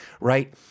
right